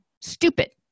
stupid